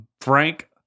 Frank